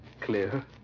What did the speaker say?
Clear